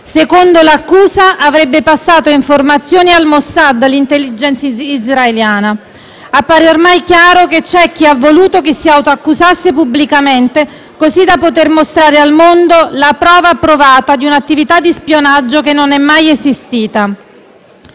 secondo l'accusa, avrebbe passato informazioni al Mossad, l'*intelligence* israeliana. Appare oramai chiaro che c'è chi ha voluto che si autoaccusasse pubblicamente, così da poter mostrare al mondo la prova provata di un'attività di spionaggio che non è mai esistita.